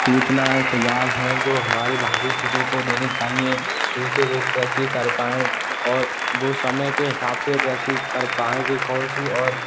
सूचना हैं सुझाव हैं जो हमारे भावी पीढ़ी को देनी चाहिए जिनसे वह कृषि कर पाएँ और वह समय के हिसाब से कृषि कर पाएँ कि कौन सी और